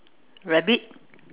rabbit